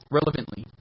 Relevantly